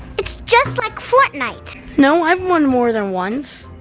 it's just like fortnite. no, i've won more than once.